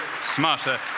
smarter